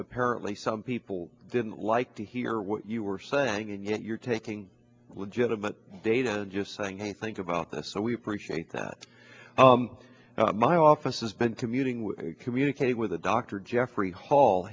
apparently some people didn't like to hear what you were saying and yet you're taking legitimate data and just saying hey think about this so we appreciate that my office has been commuting we communicate with a dr jeffrey hall